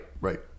right